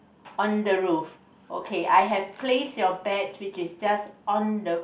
on the roof okay I have place your bets which is just on the